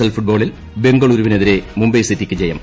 L ഫുട്ബോളിൽ ബംഗളുരുവിനെതിരെ മുംബൈ സിറ്റിയ്ക്ക് ജയം